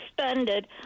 suspended